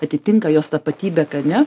atitinka jos tapatybę ką ne